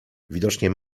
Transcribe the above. widocznie